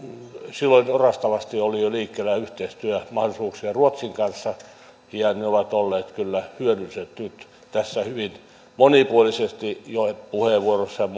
silloin oli orastavasti liikkeellä yhteistyön mahdollisuuksia ruotsin kanssa ja se on ollut kyllä hyödyllistä nyt tässä hyvin monipuolisesti jo puheenvuoroissa ja muissa on